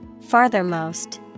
Farthermost